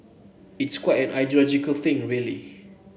it's quite an ideological thing really